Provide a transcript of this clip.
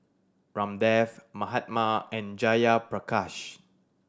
Ramdev Mahatma and Jayaprakash